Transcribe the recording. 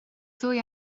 ddwy